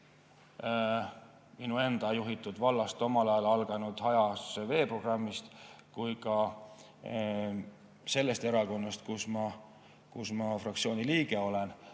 minu enda juhitud vallast omal ajal alanud hajaasustuse veeprogrammist kui ka selles erakonnas, kus ma fraktsiooni liige olen,